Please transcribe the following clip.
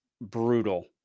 brutal